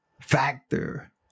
factor